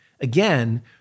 Again